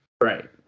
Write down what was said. Right